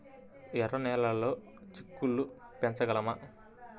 ఎర్ర నెలలో చిక్కుళ్ళు పెంచగలమా?